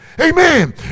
Amen